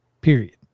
period